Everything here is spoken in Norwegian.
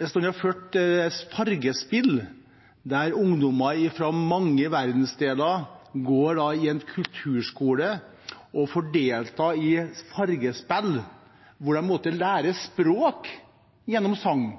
en stund fulgt Fargespill. Ungdommer fra mange verdensdeler går i en kulturskole og deltar i Fargespill, der de lærer språk gjennom